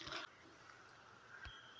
మిరప పంట లొ పూత సమయం లొ నీళ్ళు పెట్టవచ్చా?